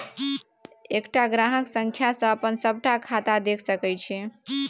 एकटा ग्राहक संख्या सँ अपन सभटा खाता देखि सकैत छी